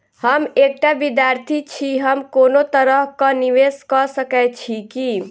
हम एकटा विधार्थी छी, हम कोनो तरह कऽ निवेश कऽ सकय छी की?